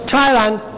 Thailand